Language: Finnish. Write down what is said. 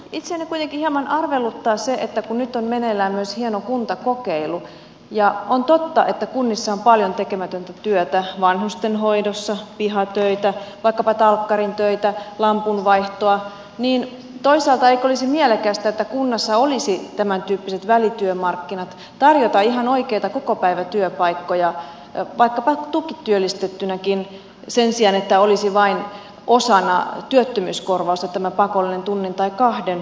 itseäni kuitenkin hieman arveluttaa se että kun nyt on meneillään myös hieno kuntakokeilu ja on totta että kunnissa on paljon tekemätöntä työtä vanhustenhoidossa pihatöitä vaikkapa talkkarin töitä lampunvaihtoa niin eikö toisaalta olisi mielekästä että kunnassa olisi tämäntyyppiset välityömarkkinat tarjota ihan oikeita kokopäivätyöpaikkoja vaikka tukityöllistettynäkin sen sijaan että olisi vain osana työttömyyskorvausta tämä pakollinen tunnin tai kahden työskentely